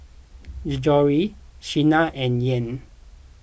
Gregorio Shana and Yael